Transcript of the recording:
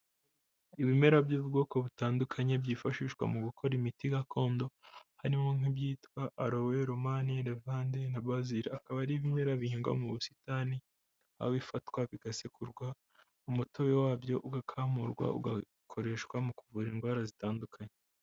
Ibimera by'ubwoko butandukanye byifashishwa mu gukora imiti gakondo, harimo nk'ibyitwa arowe, romani, levande, na bazili, akaba ari ibimera bihingwa mu busitani. aho bifatwa bigasekurwa, umutobe wabyo ugakamurwa ugakoreshwa mu kuvura indwara zitandukanye.